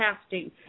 casting